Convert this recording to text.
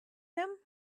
him